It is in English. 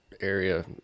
area